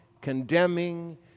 condemning